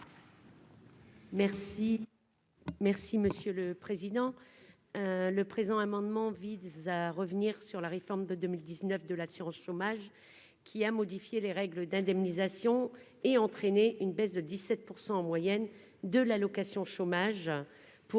Merci, merci Monsieur le Président, le présent amendement vise à revenir sur la réforme de 2019 de l'assurance chômage qui a modifié les règles d'indemnisation et entraîner une baisse de 17 % en moyenne de l'allocation chômage